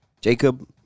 Jacob